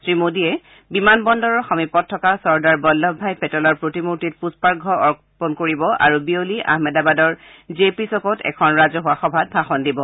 শ্ৰীমোদীয়ে বিমানবন্দৰৰ সমীপত থকা চৰ্দাৰ বন্নবভাই পেটেলৰ প্ৰতিমূৰ্তিত পুষ্পাৰ্ঘ্য তৰ্পণ কৰিব আৰু বিয়লি আহমেদাবাদৰ জে পি চ'কত এখন ৰাজহুৱা সভাত ভাষণ দিব